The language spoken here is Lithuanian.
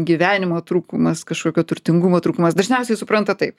gyvenimo trūkumas kažkokio turtingumo trūkumas dažniausiai supranta taip